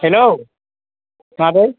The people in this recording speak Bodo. हेलौ मादै